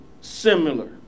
similar